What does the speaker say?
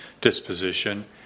disposition